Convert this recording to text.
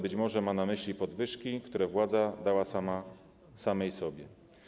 Być może ma na myśli podwyżki, które władza dała samej sobie.